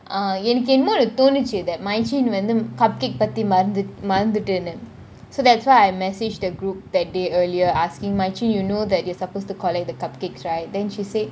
uh என்னக்கு இன்னொன்னு தோணுச்சு மிஞ்சின் வந்து :ennaku innonu thonuchi mainchin vanthu cupcake பத்தி மறந்துடுன்னு :pathi maranthutunu so that's why I message the group that day earlier asking machin you know that you're supposed to collect the cupcakes right then she say